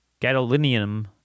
gadolinium